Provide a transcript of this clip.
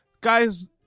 guys